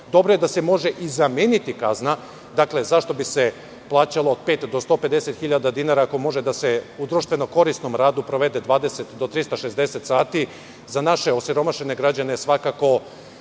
Dobro je da se može i zameniti kazna, jer, zašto bi se plaćalo od pet do 150 hiljada dinara ako može da se u društveno-korisnom radu provede od 20 do 360? To je za naše osiromašene građane svakako